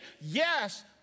yes